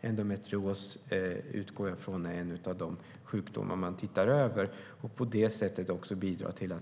Jag utgår från att endometrios är en av de sjukdomar man tittar på och därigenom bidrar till en